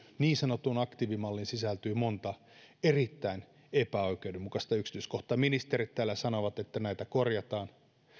niin sanottuun aktiivimalliin sisältyy monta erittäin epäoikeudenmukaista yksityiskohtaa ministerit täällä sanovat että näitä korjataan